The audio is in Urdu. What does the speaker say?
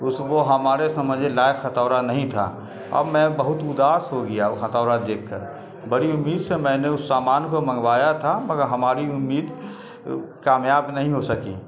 اس وہ ہمارے سمجھ لائق خطورا نہیں تھا اب میں بہت اداس ہو گیا وہ خطورہ دیکھ کر بڑی امید سے میں نے اس سامان کو منگوایا تھا مگر ہماری امید کامیاب نہیں ہو سکے